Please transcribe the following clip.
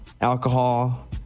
alcohol